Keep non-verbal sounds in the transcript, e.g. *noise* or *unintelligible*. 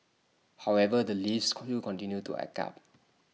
however the lifts *unintelligible* continue to act up